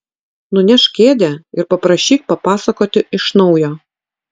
nunešk kėdę ir paprašyk papasakoti iš naujo